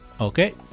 Okay